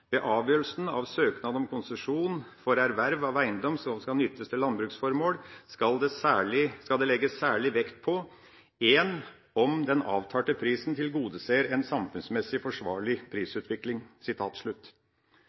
avgjørelsen av søknad om konsesjon for erverv av eiendom som skal nyttes til landbruksformål skal det legges særlig vekt på: 1. om den avtalte prisen tilgodeser en samfunnsmessig forsvarlig